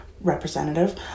representative